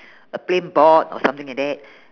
a plain board or something like that